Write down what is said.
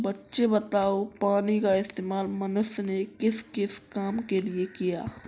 बच्चे बताओ पानी का इस्तेमाल मनुष्य ने किस किस काम के लिए किया?